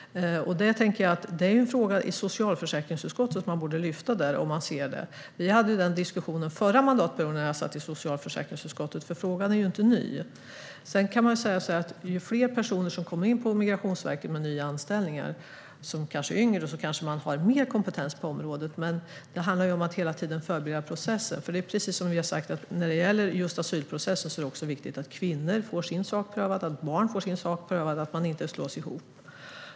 Jag tänker att det är en fråga som man borde lyfta upp i socialförsäkringsutskottet om man ser det. Vi hade den diskussionen förra mandatperioden när jag satt i socialförsäkringsutskottet, så frågan är inte ny. Vi kanske kan säga så här att ju fler nya och kanske yngre personer som anställs på Migrationsverket, desto mer kompetens blir det på området, men det handlar om att hela tiden förbereda processer. Precis som vi har sagt när det gäller just asylprocessen är det också viktigt att kvinnor och barn får sin sak prövad individuellt och att man inte slås ihop.